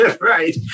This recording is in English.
right